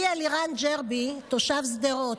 אני אלירן ג'רבי, תושב שדרות,